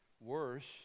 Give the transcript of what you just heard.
Worse